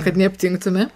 kad neaptingtume